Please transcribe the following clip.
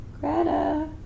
Greta